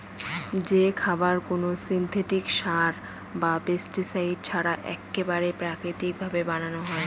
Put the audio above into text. যে খাবার কোনো সিনথেটিক সার বা পেস্টিসাইড ছাড়া এক্কেবারে প্রাকৃতিক ভাবে বানানো হয়